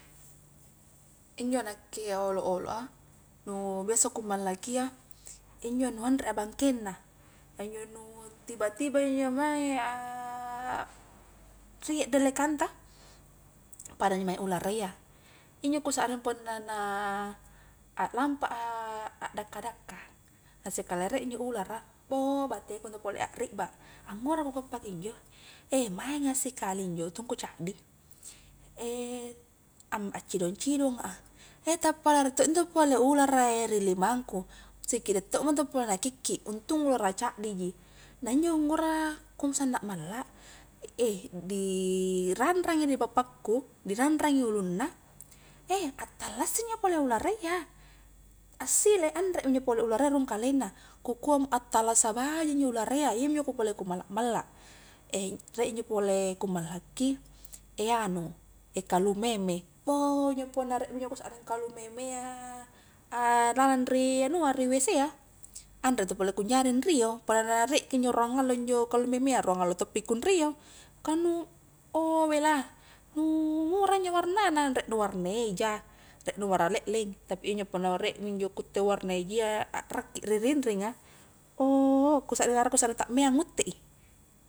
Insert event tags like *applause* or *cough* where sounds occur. Injo nakkea olo-olo a nu biasa ku mallakia injo nu anre a bangkeng na a injo nu tiba-tiba injo mae *hesitation* riek dellekang ta pada injo mae ularayya injo ku sakring punna na aklampa a akdakka dakka na sikali riek injo ulara bou bateku inu pole akrikba angura ku kua pakunjo *hesitation* maeng a sikali injo waktungku caddi *hesitation* amaccidong-cidonga *hesitation* tappa la riek to intu pole ulara *hesitation* ri limangku, sikiddi tokma intu pole na kikki untung ulara caddi ji na injo ngura ku sanna malla *hesitation* di ranrangi di bapakku diranrangi ulunna *hesitation* attallasi injo pole ularayya assile a anre mi injo pole ulara iya rung kalenna ku kua attalasa baji injo ularayya iyaminjo *unintelligible* ku malla-malla *hesitation* riek injo pole ku mallaki *hesitation* anu *hesitation* kalumeme, bou injo punna riek minjo ku sakring kalumemea a lalang ri anua ri wc a anre intu pole ku anjari anrio punna rariek kunjo ruang allo injo kalumemea, ruang allo toppi kunrio ka nu ouh belah nu ngura injo warna na riek nu warna eja riek nu warna lekleng tapi iyanjo punna riek minjo ku utte warna ejayya akrakki ri rinringa ouh kusakring arak ku sakring takmea ngutte i